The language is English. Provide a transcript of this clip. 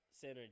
center